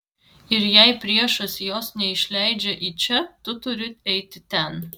ir jei priešas jos neišleidžia į čia tu turi eiti ten